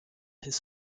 his